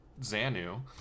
Zanu